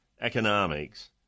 economics